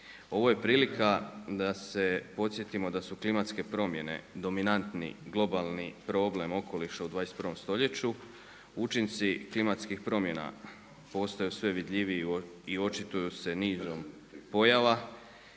Ovo je prilika da se podsjetimo da su klimatske promjene dominantni globalni problem okoliša u 21. stoljeću. Učinci klimatskih promjena postaju sve vidljiviji i očituju se nizom pojava.